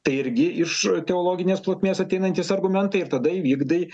tai irgi iš teologinės plotmės ateinantys argumentai ir tada įvykdai